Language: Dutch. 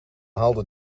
haalde